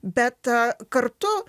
bet kartu